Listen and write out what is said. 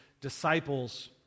disciples